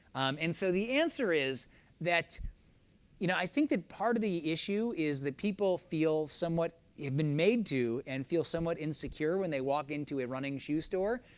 and so the answer is that you know i think that part of the issue is that people feel somewhat, have been made to and feel somewhat insecure when they walk into a running shoe store.